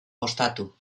ostatu